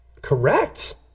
Correct